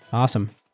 awesome.